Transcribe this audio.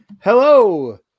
Hello